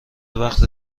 وقت